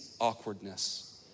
awkwardness